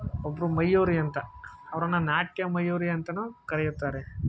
ಒಬ್ಬರು ಮಯೂರಿ ಅಂತ ಅವರನ್ನು ನಾಟ್ಯ ಮಯೂರಿ ಅಂತಾನೂ ಕರೆಯುತ್ತಾರೆ